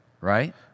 Right